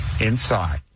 inside